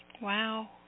Wow